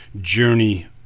journey